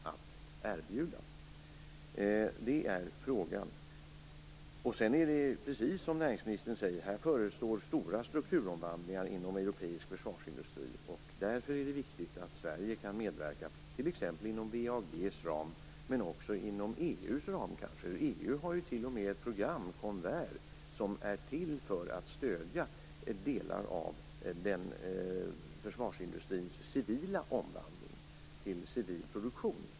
Det är frågan. Precis som näringsministern säger förestår stora strukturomvandlingar inom europeisk försvarsindustri. Därför är det viktigt att Sverige kan medverka t.ex. inom WAG:s ram och också inom EU:s ram. EU har t.o.m. ett program, Konver, som är till för att stödja försvarsindustrins civila omvandling till civil produktion.